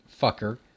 fucker